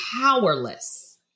powerless